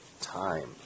time